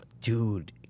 Dude